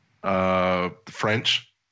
French